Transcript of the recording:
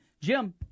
Jim